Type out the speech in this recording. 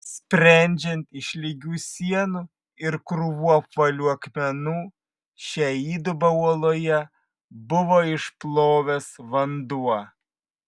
sprendžiant iš lygių sienų ir krūvų apvalių akmenų šią įdubą uoloje buvo išplovęs vanduo